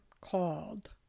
called